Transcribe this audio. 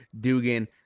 dugan